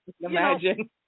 imagine